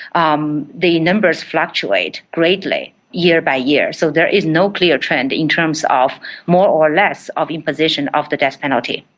um the numbers fluctuate greatly year by year. so there is no clear trend in terms of more or less of imposition of the death penalty.